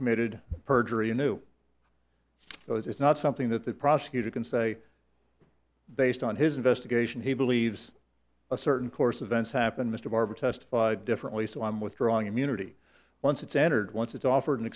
committed perjury in new so it's not something that the prosecutor can say based on his investigation he believes a certain course events happen mr barbour testified differently so i'm withdrawing immunity once it's entered once it's offered and